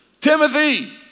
Timothy